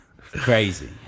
Crazy